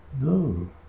no